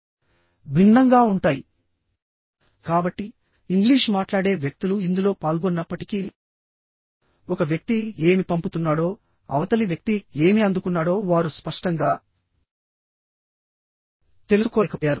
ఆపై మీరు చర్చికి కొంత సేవ చేస్తున్నారా కాబట్టిఇంగ్లీష్ మాట్లాడే వ్యక్తులు ఇందులో పాల్గొన్నప్పటికీఒక వ్యక్తి ఏమి పంపుతున్నాడోఅవతలి వ్యక్తి ఏమి అందుకున్నాడో వారు స్పష్టంగా తెలుసుకోలేకపోయారు